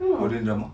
korean drama